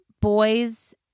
Boys